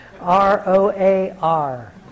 R-O-A-R